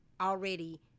already –